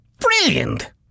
Brilliant